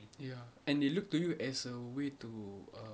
ya and they look to you as a way to err